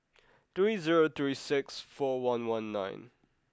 three zero three six four one one nine